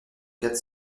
quatre